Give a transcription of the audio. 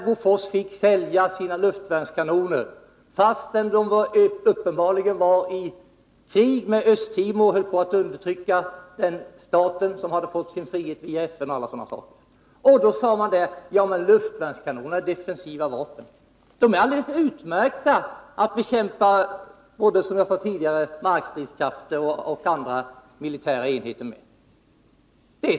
Bofors fick sälja sina luftvärnskanoner dit, trots att landet uppenbarligen var i krig med Östtimor och höll på att undertrycka den staten, som fått sin frihet via FN. Då sade man: Ja, men luftvärnskanoner är defensiva vapen. Men de är alldeles utmärkta för att bekämpa både markstridskrafter och andra militära enheter med, som jag har sagt tidigare.